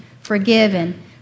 forgiven